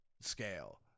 scale